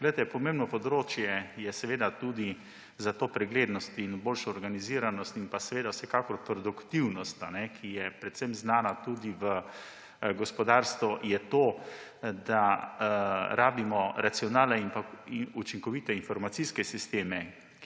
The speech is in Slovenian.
Pomembno področje za to preglednost in boljšo organiziranost in seveda vsekakor produktivnost, ki je predvsem znana tudi v gospodarstvu, je, da rabimo racionalno in učinkovite informacijske sisteme,